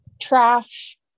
trash